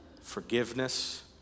forgiveness